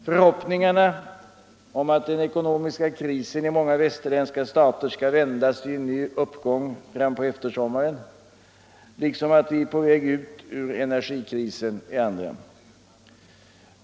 Förhoppningarna om att den ekonomiska krisen i många västerländska stater skall vändas i en ny uppgång fram på eftersommaren liksom att vi är på väg ut ur energikrisen är andra.